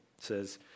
says